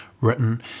written